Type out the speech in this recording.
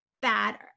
bad